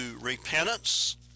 repentance